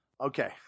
Okay